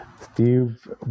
Steve